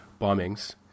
bombings